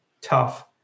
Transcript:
tough